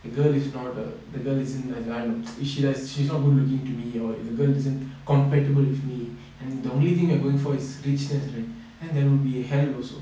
the girl is not the the girl isn't nice I don't know if she's like she's not good looking to me or the girl isn't compatible with me and the only thing you going for it's richness right and that would be hell also